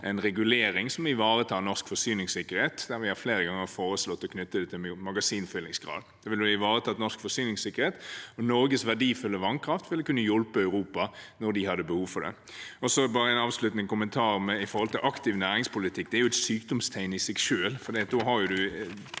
en regulering som ivaretar norsk forsyningssikkerhet, og vi har flere ganger foreslått å knytte det til magasinfyllingsgraden. Det ville ivaretatt norsk forsyningssikkerhet, og Norges verdifulle vannkraft ville kunne hjulpet Europa når de hadde behov for det. Jeg har en avsluttende kommentar om aktiv næringspolitikk. Det er et sykdomstegn i seg selv, for da har man